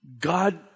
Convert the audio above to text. God